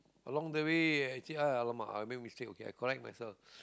along the way actu~ ah alamak I make mistake okay I correct myself